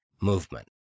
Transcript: movement